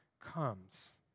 comes